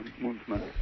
movement